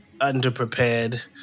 underprepared